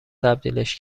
تبدیلش